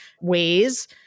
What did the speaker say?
ways